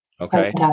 Okay